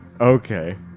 Okay